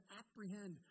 apprehend